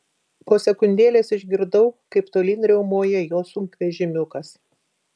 po sekundėlės išgirdau kaip tolyn riaumoja jo sunkvežimiukas